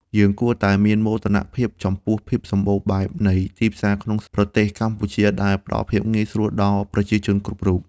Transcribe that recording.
យើងគួរតែមានមោទនភាពចំពោះភាពសម្បូរបែបនៃទីផ្សារក្នុងប្រទេសកម្ពុជាដែលផ្ដល់ភាពងាយស្រួលដល់ប្រជាជនគ្រប់រូប។